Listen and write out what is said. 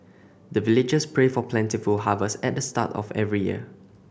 the villagers pray for plentiful harvest at the start of every year